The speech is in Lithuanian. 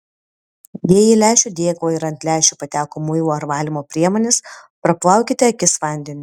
jei į lęšių dėklą ir ant lęšių pateko muilo ar valymo priemonės praplaukite akis vandeniu